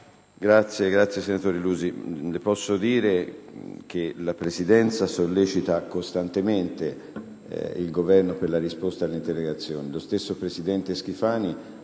finestra"). Senatore Lusi, posso dirle che la Presidenza sollecita costantemente il Governo per la risposta alle interrogazioni: lo stesso presidente Schifani